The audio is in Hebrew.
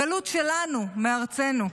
הגלות שלנו מארצנו.